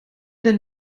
den